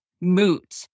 moot